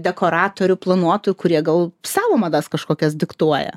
dekoratorių planuotojų kurie gal savo madas kažkokias diktuoja